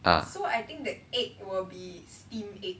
ah